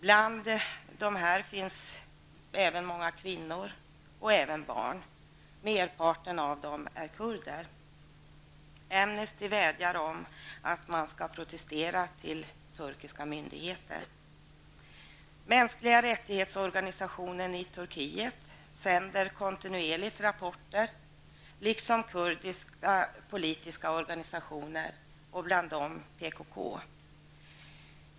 Bland dessa finns även många kvinnor och barn, och merparten av dem är kurder. Amnesty vädjar om att man skall protestera till turkiska myndigheter. Organisationen för mänskliga rättigheter i Turkiet sänder kontinuerligt rapporter liksom kurdiska politiska organisationer, bland dem PKK.